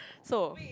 so